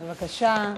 בבקשה.